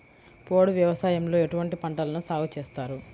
పోడు వ్యవసాయంలో ఎటువంటి పంటలను సాగుచేస్తారు?